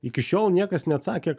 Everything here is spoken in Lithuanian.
iki šiol niekas neatsakė